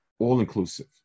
all-inclusive